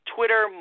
Twitter